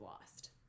lost